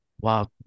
wow